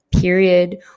period